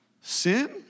Sin